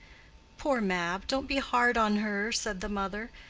poor mab! don't be hard on her, said the mother.